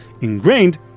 ingrained